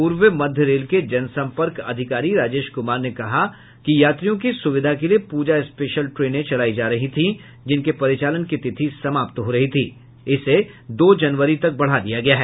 पूर्व मध्य रेल के जन संपर्क अधिकारी राजेश कुमार ने कहा कि यात्रियों की सुवधिा के लिये पूजा स्पेशल ट्रेनें चलायी जा रही थीं जिनके परिचालन की तिथि समाप्त हो रही थी जिसे दो जनवरी तक बढ़ा दिया गया है